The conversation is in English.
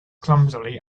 clumsily